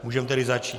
Můžeme tedy začít.